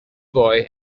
boy